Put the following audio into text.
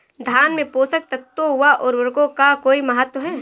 धान में पोषक तत्वों व उर्वरक का कोई महत्व है?